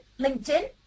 LinkedIn